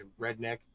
redneck